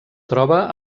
troba